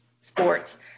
sports